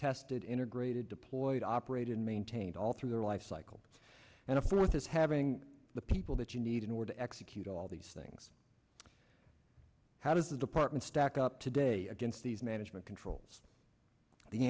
tested integrated deployed operate and maintained all through their life cycle and a fourth is having the people that you need in order to execute all these things how does the department stack up today against these management controls the